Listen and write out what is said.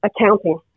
accounting